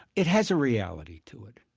it has a reality to it.